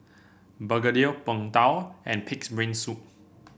Begedil Png Tao and pig's brain soup